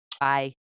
Bye